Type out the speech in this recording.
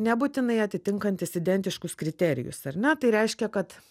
nebūtinai atitinkantis identiškus kriterijus ar ne tai reiškia kad